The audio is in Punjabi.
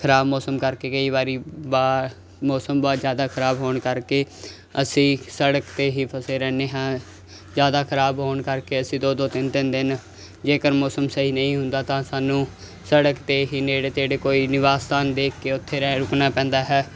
ਖਰਾਬ ਮੌਸਮ ਕਰਕੇ ਕਈ ਵਾਰੀ ਬਾ ਮੌਸਮ ਬਹੁਤ ਜ਼ਿਆਦਾ ਖਰਾਬ ਹੋਣ ਕਰਕੇ ਅਸੀਂ ਸੜਕ 'ਤੇ ਹੀ ਫਸੇ ਰਹਿੰਦੇ ਹਾਂ ਜ਼ਿਆਦਾ ਖਰਾਬ ਹੋਣ ਕਰਕੇ ਅਸੀਂ ਦੋ ਦੋ ਤਿੰਨ ਤਿੰਨ ਦਿਨ ਜੇਕਰ ਮੌਸਮ ਸਹੀ ਨਹੀਂ ਹੁੰਦਾ ਤਾਂ ਸਾਨੂੰ ਸੜਕ 'ਤੇ ਹੀ ਨੇੜੇ ਤੇੜੇ ਕੋਈ ਨਿਵਾਸ ਸਥਾਨ ਦੇਖ ਕੇ ਉੱਥੇ ਰਹੇ ਰੁਕਣਾ ਪੈਂਦਾ ਹੈ